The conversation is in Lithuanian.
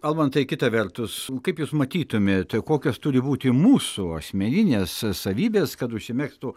almantai kita vertus kaip jūs matytumėt kokios turi būti mūsų asmeninės savybės kad užsimegztų